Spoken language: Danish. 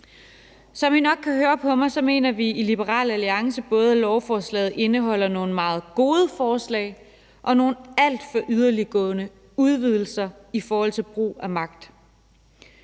Som I nok kan høre på mig, mener vi i Liberal Alliance, at lovforslaget både indeholder nogle meget gode forslag og nogle alt for yderliggående udvidelser i forhold til brug af magt.